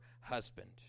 husband